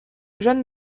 jeune